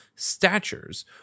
Statures